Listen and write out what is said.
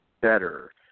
better